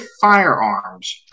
firearms